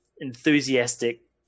enthusiastic